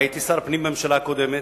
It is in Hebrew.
הרי הייתי שר הפנים בממשלה הקודמת,